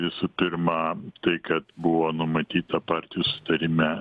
visų pirma tai kad buvo numatyta partijų sutarime